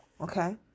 Okay